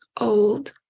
old